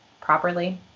properly